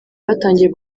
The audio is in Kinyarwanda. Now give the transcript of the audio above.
batangiye